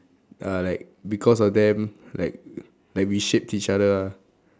are like because of them like like we shaped each other ah